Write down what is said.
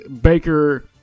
baker